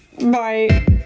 Bye